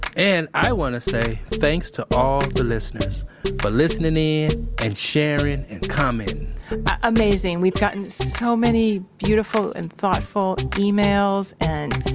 and, i want to say thanks to all the listeners for listening and sharing and commenting amazing. we've gotten so many beautiful and thoughtful emails and,